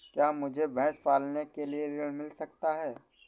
क्या मुझे भैंस पालने के लिए ऋण मिल सकता है?